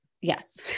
Yes